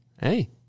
hey